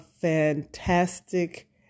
fantastic